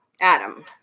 Adam